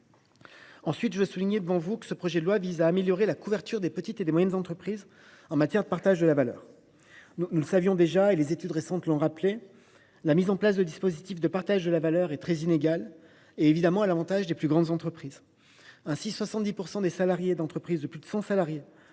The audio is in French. de l’exercice fiscal de l’année 2024. Le projet de loi vise aussi à améliorer la couverture des petites et moyennes entreprises en matière de partage de la valeur. Nous le savions déjà, et des études récentes l’ont rappelé, la mise en place de dispositifs de partage de la valeur est trop inégale et à l’avantage des plus grandes entreprises. Ainsi, 70 % des salariés des entreprises de plus de 100 salariés